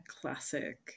classic